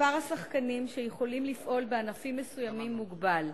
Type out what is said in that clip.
מספר השחקנים שיכולים לפעול בענפים מסוימים מוגבל.